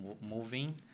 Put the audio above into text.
moving